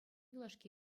юлашки